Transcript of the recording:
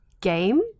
game